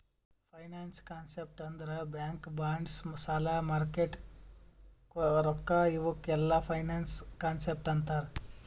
finance concept ಅಂದುರ್ bank bonds ಸಾಲ market ರೊಕ್ಕಾ ಇವುಕ್ ಎಲ್ಲಾ ಫೈನಾನ್ಸ್ ಕಾನ್ಸೆಪ್ಟ್ ಅಂತಾರ್